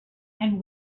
and